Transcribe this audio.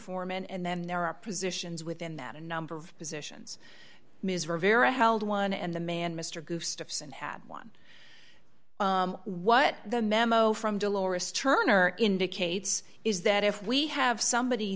foreman and then there are positions within that a number of positions ms rivera held one and the man mr gustafsson had one what the memo from delores turner indicates is that if we have somebody